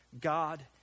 God